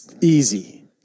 Easy